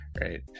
right